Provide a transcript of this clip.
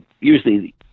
usually